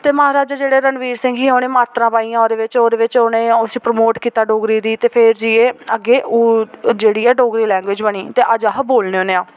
ते म्हाराजा जेह्ड़े रणवीर सिंह हे उ'नें मात्रा पाइयां ओह्दे बिच ओह्दे बिच उ'नें उसी प्रमोट कीता डोगरी गी ते फिर जाइयै अग्गें जेह्ड़ी ऐ डोगरी लैंग्वेज बनी ते अज्ज अहें बोलने होने आं